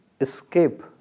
escape